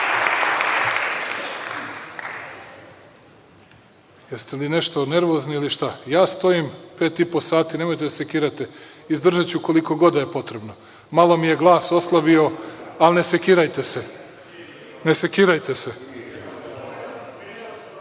žive. Jeste li nešto nervozni ili šta? Ja stojim pet i po sati, nemojte da se sekirate. Izdržaću koliko god da je potrebno. Malo mi je glas oslabio, ali ne sekirajte se. Ne sekirajte se. Ostvarili smo